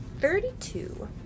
Thirty-two